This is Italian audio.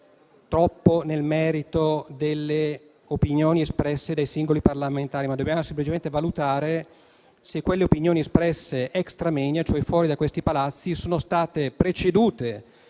troppo nel merito delle opinioni espresse dai singoli parlamentari, ma che dobbiamo semplicemente valutare se le opinioni espresse *extra moenia*, cioè fuori da questi Palazzi, siano state precedute,